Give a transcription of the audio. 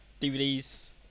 DVDs